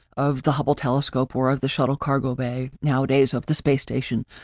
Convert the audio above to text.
of the hubble telescope or of the shuttle cargo bay nowadays of the space station.